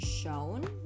shown